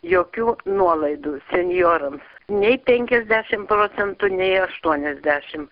jokių nuolaidų senjorams nei penkiasdešim procentų nei aštuoniasdešim